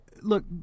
Look